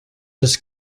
his